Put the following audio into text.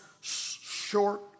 short